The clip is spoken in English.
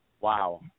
Wow